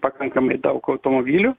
pakankamai daug automobilių